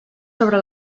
sobre